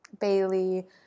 bailey